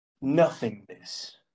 nothingness